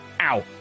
Ow